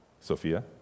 Sophia